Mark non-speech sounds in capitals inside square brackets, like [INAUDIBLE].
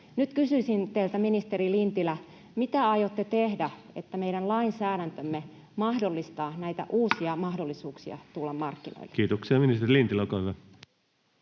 Nyt kysyisin teiltä, ministeri Lintilä, mitä aiotte tehdä, niin että meidän lainsäädäntömme mahdollistaa [NOISE] näitä uusia mahdollisuuksia tulla markkinoille? Kiitoksia. — Ministeri Lintilä, olkaa hyvä.